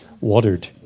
watered